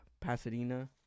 Pasadena